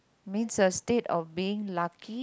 means the state of being lucky